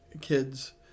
kids